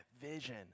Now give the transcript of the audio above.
vision